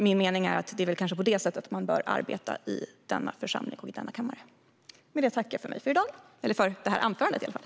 Min mening är att det är på detta sätt man bör arbeta i denna församling och kammare.